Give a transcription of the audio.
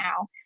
now